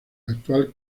actual